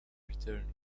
returning